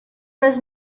res